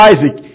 Isaac